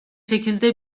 şekilde